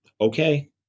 Okay